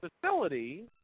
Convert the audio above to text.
facility